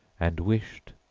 and wished,